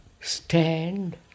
stand –